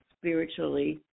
spiritually